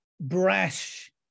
brash